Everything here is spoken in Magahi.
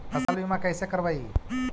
फसल बीमा कैसे करबइ?